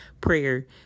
prayer